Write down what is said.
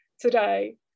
today